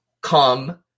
come